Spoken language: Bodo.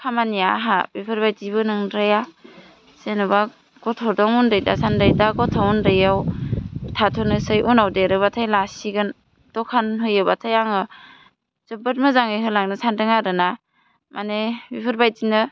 खामानिया आंहा बेफोरबादिबो नंद्राया जेनेबा गथ' दं उन्दै दा सान्दै दा गथ' उन्दैयाव थाथ'नोसै उनाव देरोबाथाय लासिगोन द'खान होयोबाथाय आङो जोबोद मोजाङै होलांनो सान्दों आरोना माने बेफोरबादिनो